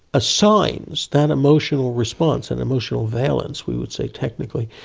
assigns that emotional response and emotional valence we would say technically,